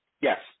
Yes